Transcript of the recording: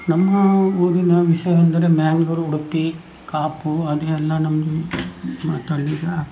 ನಮ್ಮ ಊರಿನ ವಿಷಯ ಎಂದರೆ ಮ್ಯಾಂಗ್ಳೂರು ಉಡುಪಿ ಕಾಪು ಅದೆಲ್ಲ ನಮ್ಮದು ಮಾತಾಡಲಿಕ್ಕೆ ಆಗ್ತದೆ